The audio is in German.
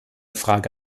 frage